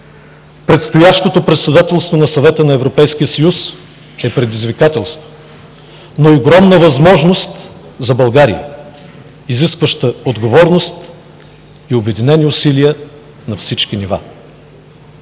Предстоящото председателство на Съвета на Европейския съюз е предизвикателство, но и огромна възможност за България, изискваща отговорност и обединени усилия на всички нива.